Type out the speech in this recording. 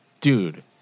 Dude